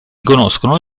conoscono